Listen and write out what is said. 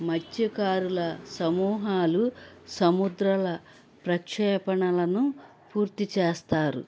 మత్స్యకారుల సమూహాలు సముద్రాల ప్రక్షేపణలను పూర్తిచేస్తారు